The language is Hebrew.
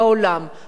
הדיון על זה,